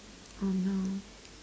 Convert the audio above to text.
oh no